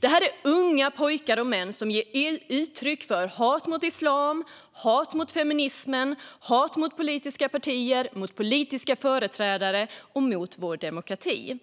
Det är unga pojkar och män som ger uttryck för hat mot islam, hat mot feminism, hat mot politiska partier, hat mot politiska företrädare och hat mot vår demokrati.